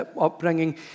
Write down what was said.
upbringing